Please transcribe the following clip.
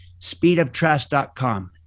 speedoftrust.com